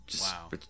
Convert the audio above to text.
Wow